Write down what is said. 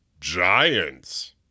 Giants